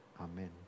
Amen